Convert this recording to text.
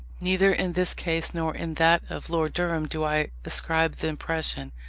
neither in this case nor in that of lord durham do i ascribe the impression,